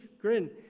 grin